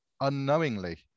unknowingly